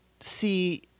see